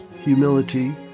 humility